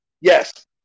Yes